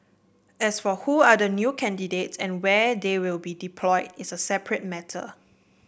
as for who are the new candidates and where they will be deployed is a separate matter